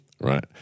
Right